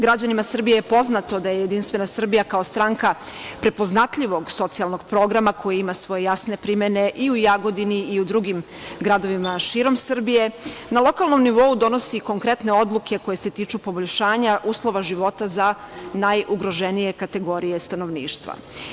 Građanima Srbije je poznato da JS, kao stranka prepoznatljivog socijalnog programa koji ima svoje jasne primene i u Jagodini i u drugim gradovima širom Srbije, na lokalnom nivou donosi konkretne odluke koje se tiču poboljšanja uslova života za najugroženije kategorije stanovništva.